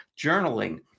journaling